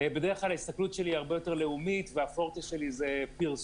בדרך כלל ההסתכלות שלי היא הרבה יותר לאומית והפורטה שלי זה פרסום,